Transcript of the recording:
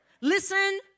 Listen